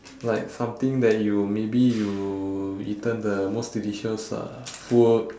like something that you maybe you eaten the most delicious uh food